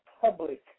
public